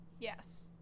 Yes